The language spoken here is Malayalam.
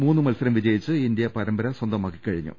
മൂന്ന് മത്സരം വിജയിച്ച് ഇന്ത്യ പരമ്പര സ്വന്തമാക്കി കഴിഞ്ഞു